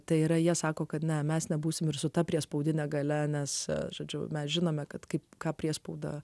tai yra jie sako kad na mes nebūsime ir su ta priespaudine galia žodžiu mes žinome kad kaip ką priespaudą